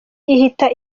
ihita